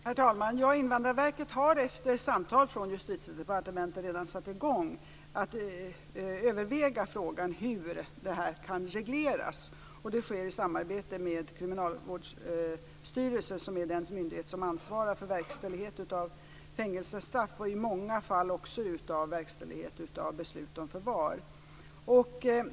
Herr talman! Invandrarverket har, efter samtal från Justitiedepartementet, redan satt i gång att överväga hur detta kan regleras. Det sker i samarbete med Kriminalvårdsstyrelsen som är den myndighet som ansvarar för verkställighet av fängelsestraff och i många fall också för verkställighet av beslut om förvar.